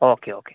okay okay